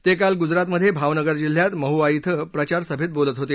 ते काल गूजरातमध्ये भावनगर जिल्ह्यात महुआ श्व प्रचारसभेत बोलत होते